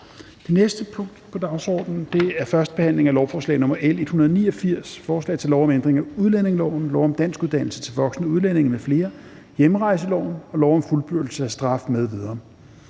Det næste punkt på dagsordenen er: 12) 1. behandling af lovforslag nr. L 189: Forslag til lov om ændring af udlændingeloven, lov om danskuddannelse til voksne udlændinge m.fl., hjemrejseloven og lov om fuldbyrdelse af straf m.v.